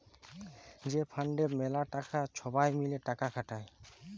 যে ফাল্ডে ম্যালা টাকা ছবাই মিলে টাকা খাটায়